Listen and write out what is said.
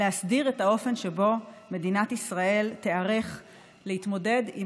להסדיר את האופן שבו מדינת ישראל תיערך להתמודד עם